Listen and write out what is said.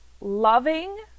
loving